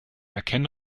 erkenne